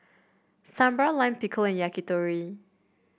Sambar Lime Pickle and Yakitori